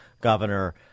governor